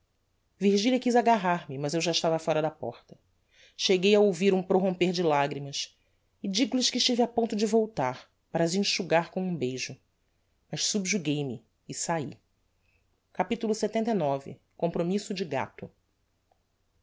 virgilia quiz agarrar me mas eu já estava fóra da porta cheguei a ouvir um proromper de lagrimas e digo lhes que estive a ponto de voltar para as enxugar com um beijo mas subjuguei me e sai capitulo lxxix compromisso de gato